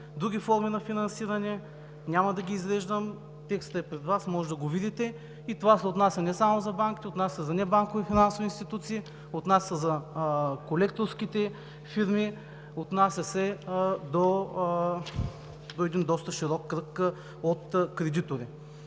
други форми на финансиране – няма да ги изреждам, текстът е пред Вас, може да го видите. Това се отнася не само за банките, отнася се за небанкови финансови институции, отнася се за колекторските фирми, отнася се до един доста широк кръг от кредитори.